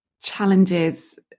challenges